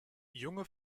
junge